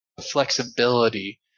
flexibility